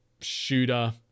shooter